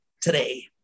today